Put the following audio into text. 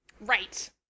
Right